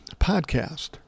podcast